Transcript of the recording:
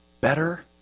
Better